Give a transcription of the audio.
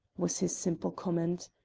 was his simple comment.